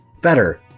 better